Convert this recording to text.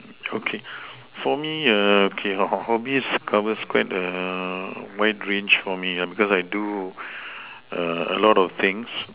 okay for me okay hobbies covers quite a a wide range for me because I do a lot of things